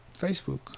Facebook